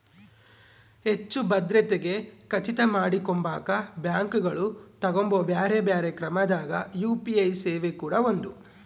ಹೆಚ್ಚು ಭದ್ರತೆಗೆ ಖಚಿತ ಮಾಡಕೊಂಬಕ ಬ್ಯಾಂಕುಗಳು ತಗಂಬೊ ಬ್ಯೆರೆ ಬ್ಯೆರೆ ಕ್ರಮದಾಗ ಯು.ಪಿ.ಐ ಸೇವೆ ಕೂಡ ಒಂದು